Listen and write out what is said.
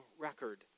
record